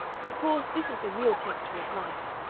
of course, this is the real texture of life,